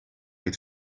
het